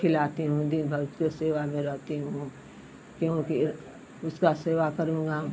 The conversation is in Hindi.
खिलाती हूँ दिन भर उसकी सेवा में रहती हूँ क्योंकि उसका सेवा करूंगा